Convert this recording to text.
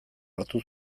hartu